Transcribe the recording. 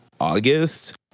August